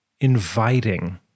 inviting